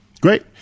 Great